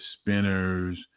Spinners